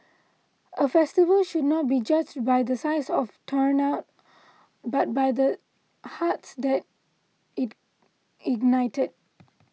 a festival should not be judged by the size of turnout but by the hearts that it ignited